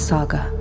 Saga